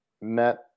met